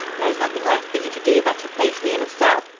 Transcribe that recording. there is nothing left for you to do but to place me in a cell.